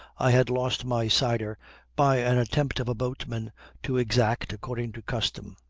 i had lost my cider by an attempt of a boatman to exact, according to custom.